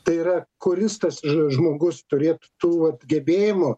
tai yra kuris tas ž žmogus turėtų tų vat gebėjimo